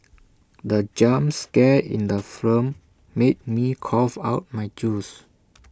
the jump scare in the film made me cough out my juice